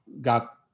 got